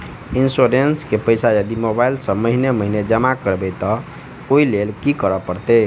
Insurance केँ पैसा यदि मोबाइल सँ महीने महीने जमा करबैई तऽ ओई लैल की करऽ परतै?